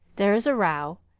there is a row,